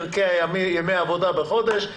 חלקי ימי העבודה בחודש,